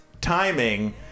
timing